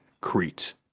Crete